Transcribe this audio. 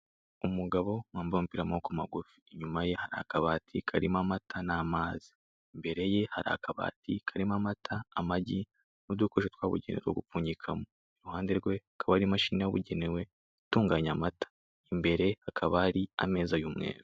Umugabo wambaye umupira w'amaboko magufi, inyuma ye hari akabati karimo amata n'amazi. Imbere ye hari akabati karimo amata, amagi, n'udukoresho twabugenewe two gupfunyikamo. Iruhande rwe hakaba hari imashini yabugenewe itunganya amata. Imbere ye hakaba hari imeza y'umweru.